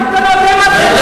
אני לא,